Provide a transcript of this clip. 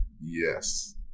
Yes